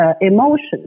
emotions